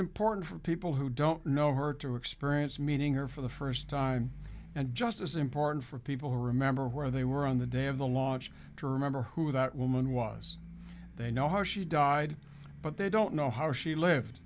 important for people who don't know her to experience meeting her for the first time and just as important for people to remember where they were on the day of the launch to remember who that woman was they know how she died but they don't know how she lived